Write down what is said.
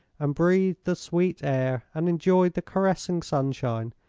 and breathed the sweet air and enjoyed the caressing sunshine,